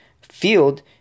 field